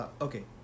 Okay